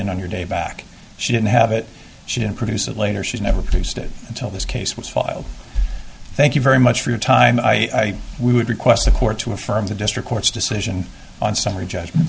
in on your day back she didn't have it she didn't produce it later she never produced it until this case was filed thank you very much for your time i would request the court to affirm the district court's decision on summary judgment